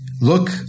Look